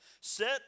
Set